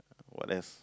what else